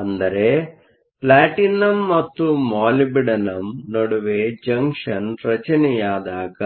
ಅಂದರೆ ಪ್ಲಾಟಿನಂ ಮತ್ತು ಮಾಲಿಬ್ಡಿನಮ್ ನಡುವೆ ಜಂಕ್ಷನ್ ರಚನೆಯಾದಾಗ